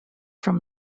from